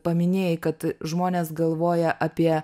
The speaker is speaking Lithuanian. paminėjai kad žmonės galvoja apie